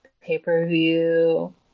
Pay-Per-View